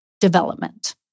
development